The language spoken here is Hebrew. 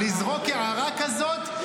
לזרוק הערה כזאת,